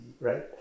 Right